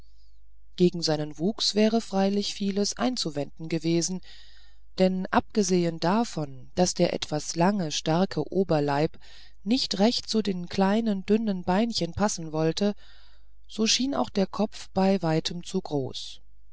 gegen seinen wuchs wäre freilich vieles einzuwenden gewesen denn abgesehen davon daß der etwas lange starke oberleib nicht recht zu den kleinen dünnen beinchen passen wollte so schien auch der kopf bei weitem zu groß